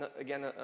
again